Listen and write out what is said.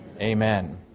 Amen